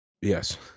Yes